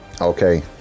Okay